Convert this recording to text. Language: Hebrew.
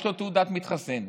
יש לו תעודת מתחסן,